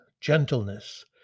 gentleness